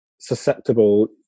susceptible